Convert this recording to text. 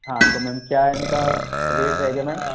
हाँ तो मैम क्या इनका रेट रहेगा मैम